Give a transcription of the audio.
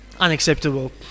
unacceptable